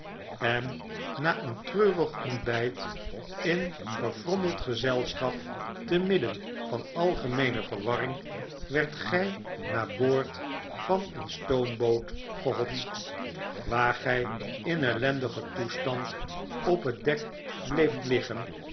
en na een treurig ontbyt in verfrommeld gezelschap te midden van algemeene verwarring werdt gy naar boord van een stoomboot gehotst waar gy in ellendigen toestand op het dek bleeft liggen